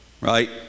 right